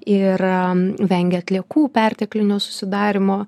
ir vengia atliekų perteklinio susidarymo